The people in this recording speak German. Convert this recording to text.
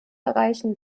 erreichen